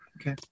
okay